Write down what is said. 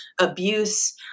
abuse